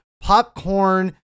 popcorn